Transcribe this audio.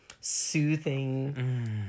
soothing